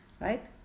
right